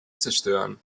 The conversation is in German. zerstören